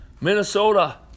Minnesota